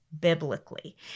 biblically